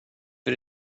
för